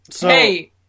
Hey